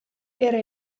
era